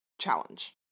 challenge